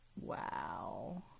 Wow